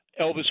Elvis